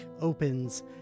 opens